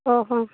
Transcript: ᱚ ᱦᱚᱸ